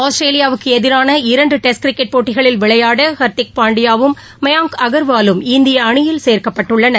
ஆஸ்திரேலியாவுக்கு எதிரான இரண்டு டெஸ்ட் கிரிக்கெட் போட்டிகளில் விளையாட ஹர்திக் பாண்டியாவும் மயாங்க் அகர்வாலும் இந்திய அணியில் சேர்க்கப்பட்டுள்ளனர்